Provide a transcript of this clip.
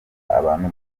abantu